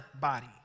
body